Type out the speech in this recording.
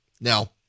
Now